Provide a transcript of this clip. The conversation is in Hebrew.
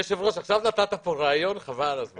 עכשיו נתת כאן רעיון, חבל על הזמן.